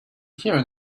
here